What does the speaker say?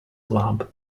club